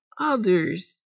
others